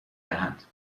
دهند